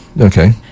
Okay